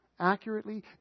accurately